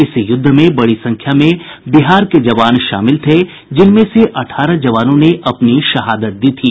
इस युद्ध में बड़ी संख्या में बिहार के जवान शामिल थे जिनमें से अठारह जवानों ने अपनी शहादत दी थी